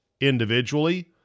individually